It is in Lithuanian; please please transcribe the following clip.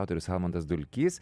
autorius almantas dulkys